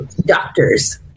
doctors